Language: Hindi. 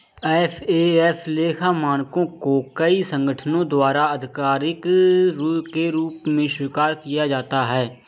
एफ.ए.एफ लेखा मानकों को कई संगठनों द्वारा आधिकारिक के रूप में स्वीकार किया जाता है